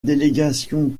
délégation